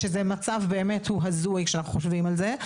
שזה מצב באמת הזוי, כשאנחנו חושבים על זה.